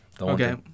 Okay